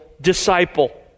disciple